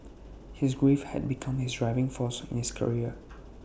his grief had become his driving force in his career